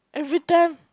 every time